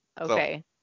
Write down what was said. okay